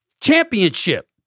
championship